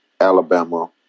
Alabama